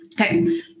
Okay